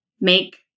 make